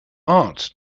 art